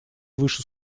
выше